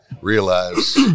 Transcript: realize